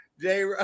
jay